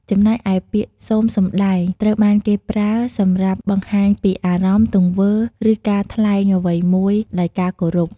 ចំណែកឯពាក្យ សូមសម្តែង ត្រូវបានគេប្រើសម្រាប់បង្ហាញពីអារម្មណ៍ ទង្វើ ឬការថ្លែងអ្វីមួយដោយការគោរព។